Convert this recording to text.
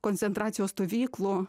koncentracijos stovyklų